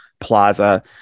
plaza